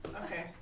Okay